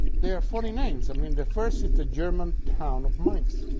they are funny names i mean, the first is the german town of mainz,